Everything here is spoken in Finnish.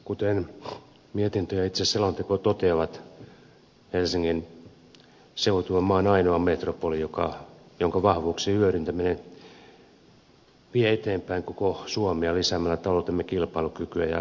kuten mietintö ja itse selonteko toteavat helsingin seutu on maan ainoa metropoli jonka vahvuuksien hyödyntäminen vie eteenpäin koko suomea lisäämällä taloutemme kilpailukykyä ja kansantaloutemme kasvua